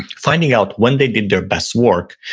finding out when they did their best work,